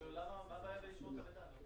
למה צריך לשמור את המידע?